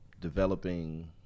developing